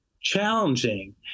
challenging